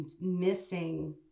missing